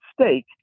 stake